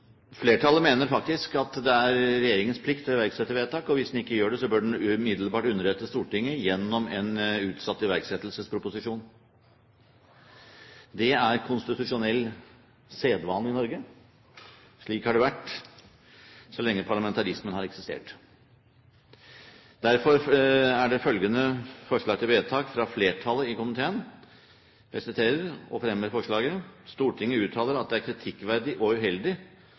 flertallet mener faktisk at det er regjeringens plikt å iverksette vedtak. Hvis den ikke gjør det, bør den umiddelbart underrette Stortinget gjennom en lovproposisjon hvor man ber om utsatt iverksettelse. Det er konstitusjonell sedvane i Norge. Slik har det vært så lenge parlamentarismen har eksistert. Derfor foreligger det følgende forslag til vedtak fra flertallet i komiteen, som jeg anbefaler: «Stortinget uttaler at det er kritikkverdig og uheldig